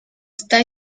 está